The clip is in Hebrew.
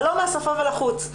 זה לא מהשפה ולחוץ.